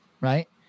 Right